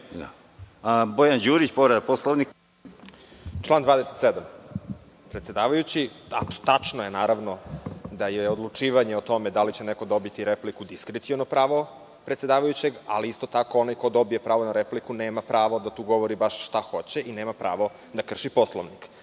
čuo. Bojan Đurić, povreda Poslovnika. **Bojan Đurić** Član 27.Predsedavajući, tačno je naravno, da je odlučivanje o tome da li će neko dobiti repliku diskreciono pravo predsedavajućeg, ali isto tako onaj ko dobije pravo na repliku nema pravo da govori baš šta hoće i nema pravo da krši Poslovnik. Vi